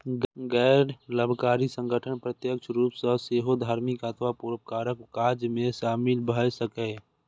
गैर लाभकारी संगठन प्रत्यक्ष रूप सं सेहो धार्मिक अथवा परोपकारक काज मे शामिल भए सकैए